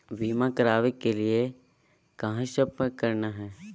बीमा करावे के लिए कहा संपर्क करना है?